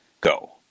go